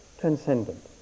transcendent